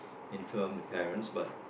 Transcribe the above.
inform the parents but